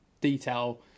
detail